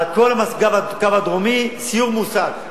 כל הקו הדרומי, סיור מוסע.